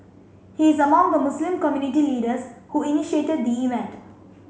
he is among the Muslim community leaders who initiated the event